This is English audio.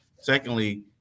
Secondly